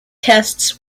tests